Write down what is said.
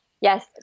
yes